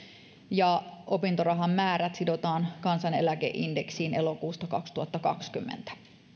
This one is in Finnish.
ja opintorahan määrät sidotaan kansaneläkeindeksiin elokuusta kaksituhattakaksikymmentä